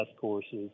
courses